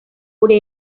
gure